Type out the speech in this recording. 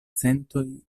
sentoj